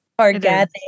organic